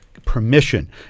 permission